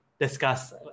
discuss